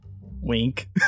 Wink